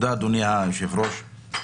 אדוני היושב-ראש,